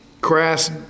crass